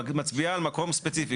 ומצביעה על מקום ספציפי,